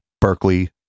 Berkeley